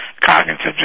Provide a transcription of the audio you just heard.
cognitive